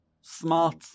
smart